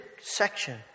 section